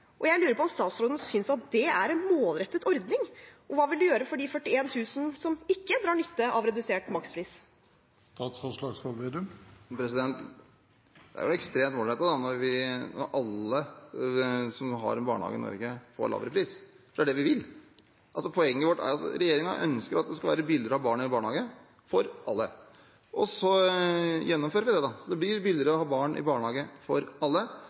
Jeg lurer på om statsråden synes at det er en målrettet ordning, og hva han vil gjøre for de 41 000 som ikke drar nytte av redusert makspris. Det er jo ekstremt målrettet når alle som har barn i barnehage i Norge, får lavere pris. Det er det vi vil. Regjeringen ønsker at det skal være billigere å ha barn i barnehage for alle. Så gjennomfører vi det, sånn at det blir billigere å ha barn i barnehage for alle.